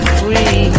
free